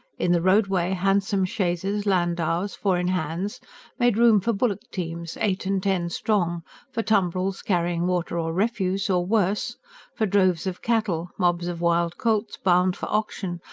in the roadway, handsome chaises, landaus, four-in-hands made room for bullock-teams, eight and ten strong for tumbrils carrying water or refuse or worse for droves of cattle, mobs of wild colts bound for auction,